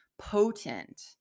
potent